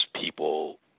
people